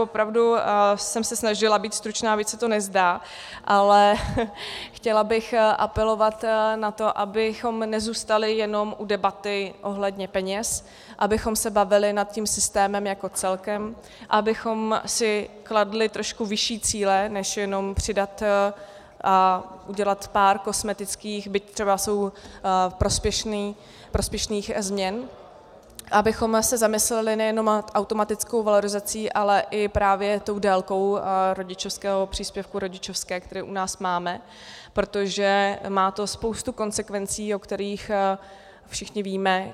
Opravdu jsem se snažila být stručná, byť se to nezdá, ale chtěla bych apelovat na to, abychom nezůstali jenom u debaty ohledně peněz, abychom se bavili nad tím systémem jako celkem a abychom si kladli trošku vyšší cíle než jenom přidat a udělat pár kosmetických byť třeba jsou prospěšné změn a abychom se zamysleli nejenom nad automatickou valorizací, ale i právě tou délkou rodičovského příspěvku, rodičovské, kterou u nás máme, protože to má spoustu konsekvencí, o kterých všichni víme.